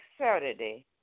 Saturday